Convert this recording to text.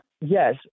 Yes